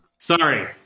Sorry